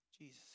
Jesus